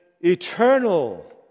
eternal